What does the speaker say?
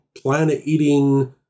planet-eating